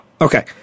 Okay